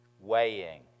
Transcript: weighing